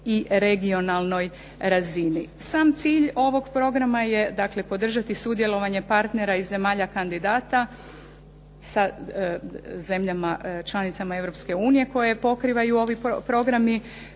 i regionalnoj razini. Sam cilj ovog programa je dakle, podržati sudjelovanje partnera i zemalja kandidata sa zemljama članicama Europske unije koje pokrivaju ovi programi